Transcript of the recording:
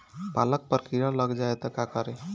पालक पर कीड़ा लग जाए त का करी?